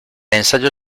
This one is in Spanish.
ensayo